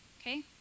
okay